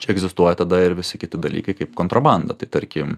čia egzistuoja tada ir visi kiti dalykai kaip kontrabanda tai tarkim